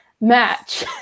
Match